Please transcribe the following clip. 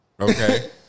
Okay